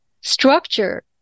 structure